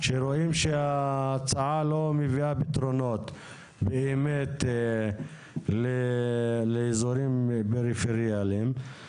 כשרואים שההצעה לא מביאה פתרונות באמת לאזורים פריפריאליים.